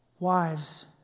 Wives